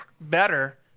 better